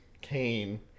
Cain